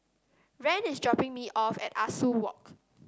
Rand is dropping me off at Ah Soo Walk